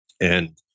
And-